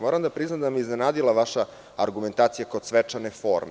Moram da priznam da me je iznenadila vaša argumentacija kod svečane forme.